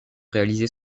réalisées